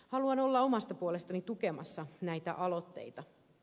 haluan olla omasta puolestani tukemassa näitä aloitteita